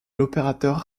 l’opérateur